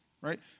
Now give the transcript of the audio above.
right